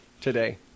today